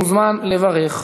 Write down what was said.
מוזמן לברך.